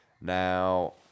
Now